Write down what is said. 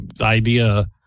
idea